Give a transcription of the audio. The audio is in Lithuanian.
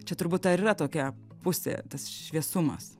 čia turbūt ta ir yra tokia pusė tas šviesumas